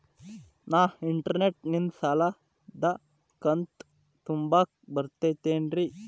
ನಾ ಇಂಟರ್ನೆಟ್ ನಿಂದ ಸಾಲದ ಕಂತು ತುಂಬಾಕ್ ಬರತೈತೇನ್ರೇ?